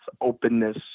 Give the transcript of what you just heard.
openness